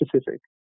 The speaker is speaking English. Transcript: specific